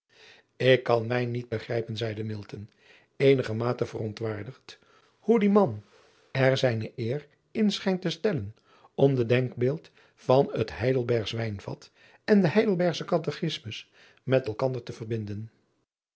k kan mij niet begrijpen zeide eenigermate verontwaar driaan oosjes zn et leven van aurits ijnslager digd hoe die man er zijne eer in schijnt te stellen om de denkbeelden van het eidelbergsch ijnvat en den eidelbergschen atechismus met elkander te verbinden